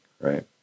right